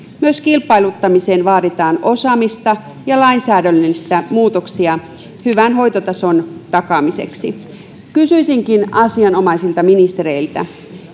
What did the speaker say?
myös kilpailuttamiseen vaaditaan osaamista ja lainsäädännöllisiä muutoksia hyvän hoitotason takaamiseksi kysyisinkin asianomaisilta ministereiltä